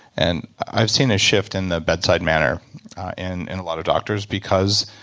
and i've seen a shift in the bedside manner in in a lot of doctors because,